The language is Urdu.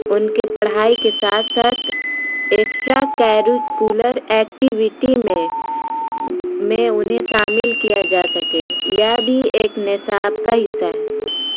ان کے پڑھائی کے ساتھ ساتھ ایکسٹرا کریکولر ایکٹیویٹی میں انہیں شامل کیا جا سکے یا بھی ایک نصاب کا حصہ ہے